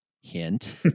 hint